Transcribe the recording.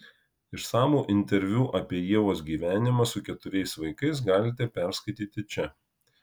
išsamų interviu apie ievos gyvenimą su keturiais vaikais galite perskaityti čia